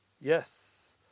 Yes